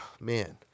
Man